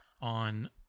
on